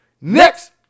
Next